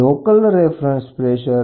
શૂન્ય એબ્સોલયુટ દબાણનો અભાવ દર્શાવે છે